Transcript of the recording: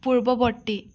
পূৰ্বৱৰ্তী